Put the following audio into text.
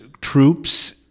troops